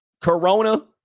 Corona